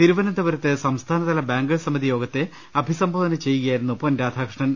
തിരുവനന്തപുരത്ത് സംസ്ഥാ നതല ബാങ്കേഴ്സ് സമിതി യോഗത്തെ അഭിസംബോധന ചെയ്യുക യായിരുന്നു പൊൻ രാധാകൃഷ്ണൻ